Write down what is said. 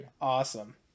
Awesome